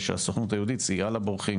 הסוכנות היהודית סייעה לבורחים,